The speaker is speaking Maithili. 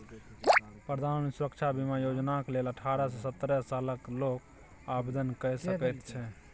प्रधानमंत्री सुरक्षा बीमा योजनाक लेल अठारह सँ सत्तरि सालक लोक आवेदन कए सकैत छै